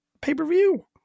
pay-per-view